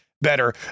better